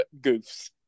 goofs